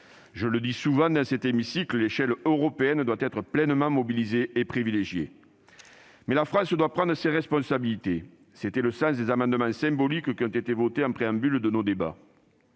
Je le dis souvent dans cet hémicycle, l'échelle européenne doit être pleinement mobilisée et privilégiée. Mais la France doit prendre ses responsabilités. C'était le sens des amendements symboliques qui ont été votés en préambule de nos débats.